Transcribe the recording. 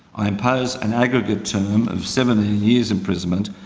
i impose an aggregate term of seventeen years imprisonment.